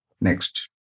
Next